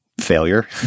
failure